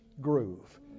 groove